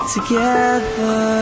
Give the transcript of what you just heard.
Together